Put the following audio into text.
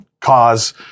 cause